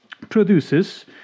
produces